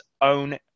own